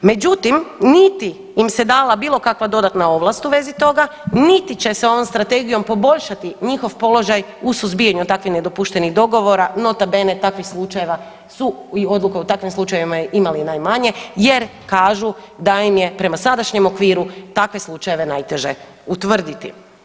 Međutim, niti im se dala bilo kakva dodatna ovlast u vezi toga, niti će se ovom strategijom poboljšati njihov položaj u suzbijanju takvih nedopuštenih dogovora, nota bene takvih slučajeva su, odluka u takvim slučajevima imali najmanje jer kažu da im je prema sadašnjem okviru takve slučajeve najteže utvrditi.